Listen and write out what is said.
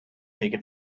taken